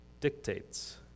Dictates